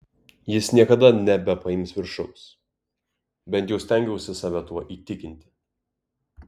jis niekada nebepaims viršaus bent jau stengiausi save tuo įtikinti